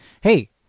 hey